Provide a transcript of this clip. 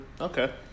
Okay